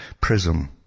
PRISM